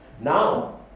now